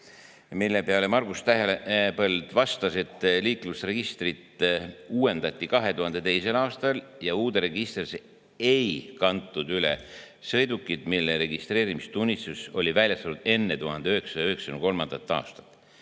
mille peale Margus Tähepõld vastas, et liiklusregistrit uuendati 2002. aastal ja uude registrisse ei kantud üle sõidukeid, mille registreerimistunnistus oli väljastatud enne 1993. aastat.